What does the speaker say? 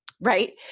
right